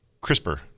CRISPR